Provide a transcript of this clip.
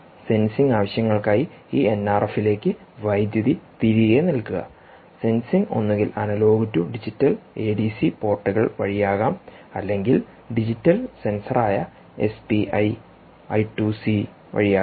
sensing ആവശ്യങ്ങൾക്കായി ഈ എൻആർഎഫിലേക്ക് വൈദ്യുതി തിരികെ നൽകുക സെൻസിംഗ് ഒന്നുകിൽ അനലോഗ് ടു ഡിജിറ്റൽ എഡിസി പോർട്ടുകൾവഴിയാകാം അല്ലെങ്കിൽ ഡിജിറ്റൽ സെൻസറായ എസ്പിഐ ഐ 2 സി വഴിയാകാം